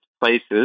places